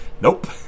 nope